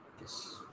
yes